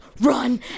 run